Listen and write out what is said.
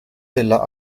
della